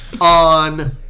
on